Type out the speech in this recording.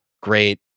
great